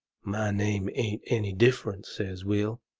my name ain't any difference, says will,